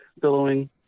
billowing